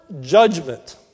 judgment